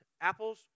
apples